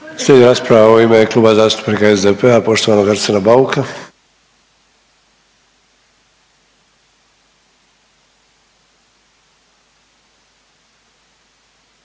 Slijedi rasprava u ime Kluba zastupnika SDP-a poštovanog Arsena Bauka.